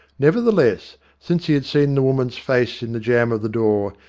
nevertheless, since he had seen the woman's face in the jamb of the door,